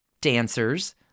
Dancers